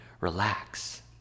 relax